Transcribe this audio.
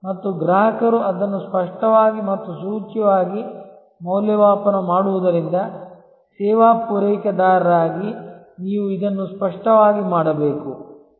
ಮತ್ತು ಗ್ರಾಹಕರು ಅದನ್ನು ಸ್ಪಷ್ಟವಾಗಿ ಮತ್ತು ಸೂಚ್ಯವಾಗಿ ಮೌಲ್ಯಮಾಪನ ಮಾಡುವುದರಿಂದ ಸೇವಾ ಪೂರೈಕೆದಾರರಾಗಿ ನೀವು ಇದನ್ನು ಸ್ಪಷ್ಟವಾಗಿ ಮಾಡಬೇಕು